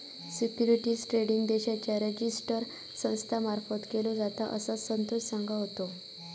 securities trading देशाच्या register संस्था मार्फत केलो जाता, असा संतोष सांगा होतो